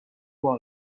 boy